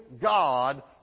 God